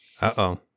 Uh-oh